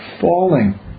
falling